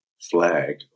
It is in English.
flag